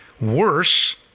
worse